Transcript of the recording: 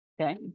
okay